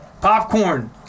Popcorn